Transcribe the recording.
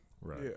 Right